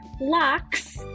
locks